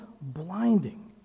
blinding